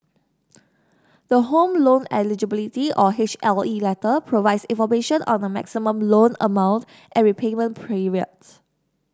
the Home Loan Eligibility or H L E letter provides information on the maximum loan amount and repayment period